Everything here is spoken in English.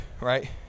right